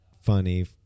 funny